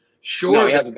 Sure